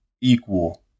equal